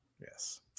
yes